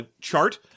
chart